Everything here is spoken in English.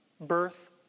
Birth